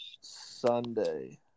Sunday